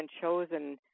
chosen